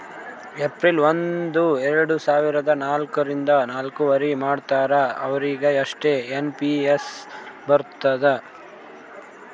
April ಒಂದು ಎರಡ ಸಾವಿರದ ನಾಲ್ಕ ರಿಂದ್ ನವ್ಕರಿ ಮಾಡ್ತಾರ ಅವ್ರಿಗ್ ಅಷ್ಟೇ ಎನ್ ಪಿ ಎಸ್ ಬರ್ತುದ್